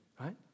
right